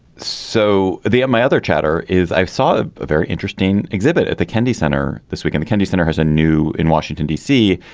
so my other chatter is i've saw ah a very interesting exhibit at the kennedy center this week in the kennedy center has a new in washington d c.